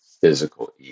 physical